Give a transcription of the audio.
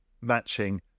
matching